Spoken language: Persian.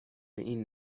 این